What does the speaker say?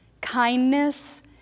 kindness